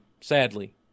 sadly